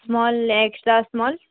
small extra small